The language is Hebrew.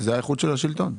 זה האיכות של השלטון.